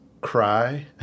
cry